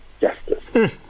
justice